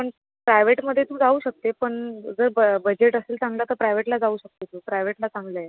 पण प्रायवेटमध्ये तू जाऊ शकते पण तुजं ब बजेट असेल चांगलं तर प्रायवेटला जाऊ शकते तू प्रायवेटला चांगलं आहे